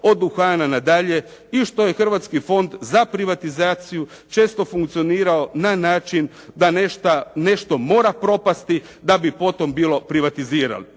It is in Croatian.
od duhana nadalje i što je Hrvatski fond za privatizaciju često funkcionirao na način da nešto mora propasti da bi potom bilo privatizirano.